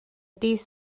dydd